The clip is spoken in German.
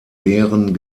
beeren